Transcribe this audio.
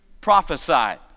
prophesied